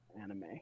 Anime